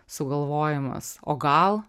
sugalvojamas o gal